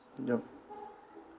yup